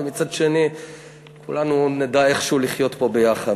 ומצד שני כולנו נדע איכשהו לחיות פה ביחד.